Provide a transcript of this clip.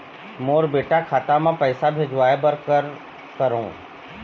मोर बेटा खाता मा पैसा भेजवाए बर कर करों?